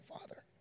Father